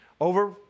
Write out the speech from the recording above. over